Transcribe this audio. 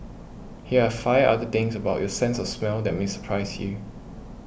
here are five other things about your sense of smell that may surprise you